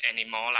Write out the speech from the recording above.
anymore